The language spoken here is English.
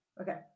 Okay